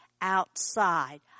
outside